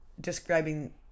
describing